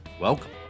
Welcome